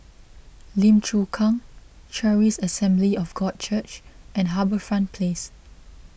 Lim Chu Kang Charis Assembly of God Church and HarbourFront Place